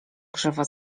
krzywo